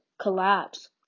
collapse